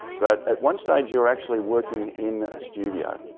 but at one stage you were actually working in a studio.